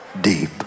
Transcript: deep